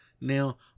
Now